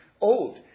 old